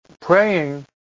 praying